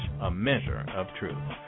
ameasureoftruth